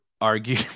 argue